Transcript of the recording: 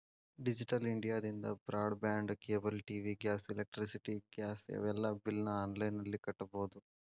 digital ಇಂಡಿಯಾದಿಂದ broadband cable TV gas electricity gas ಇವೆಲ್ಲಾ ಬಿಲ್ನ ಆನ್ಲೈನ್ ನಲ್ಲಿ ಕಟ್ಟಬೊದು